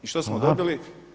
I što smo dobili?